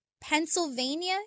Pennsylvania